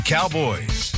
Cowboys